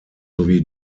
sowie